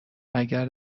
واگر